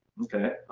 okay, um,